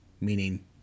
meaning